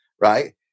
right